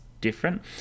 different